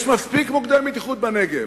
יש מספיק מוקדי מתיחות בנגב,